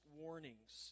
warnings